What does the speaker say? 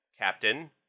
Captain